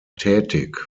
tätig